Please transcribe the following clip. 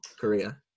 Korea